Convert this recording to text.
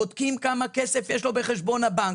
בודקים כמה כסף יש לו בחשבון הבנק,